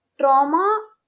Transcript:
Trauma